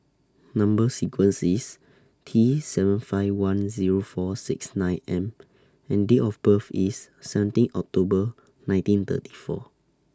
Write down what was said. Number sequence IS T seven five one Zero four six nine M and Date of birth IS seventeen October nineteen thirty four